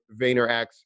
VaynerX